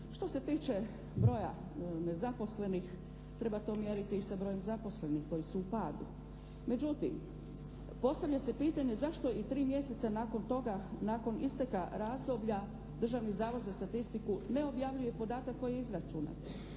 Što se tiče broja nezaposlenih treba to mjeriti i sa brojem zaposlenih koji su u padu. Međutim, postavlja se pitanje zašto i tri mjeseca nakon toga, nakon isteka razdoblja Državni zavod za statistiku ne objavljuje podatak koji je izračunat.